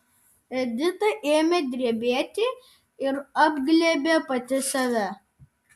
edita ėmė drebėti ir apglėbė pati save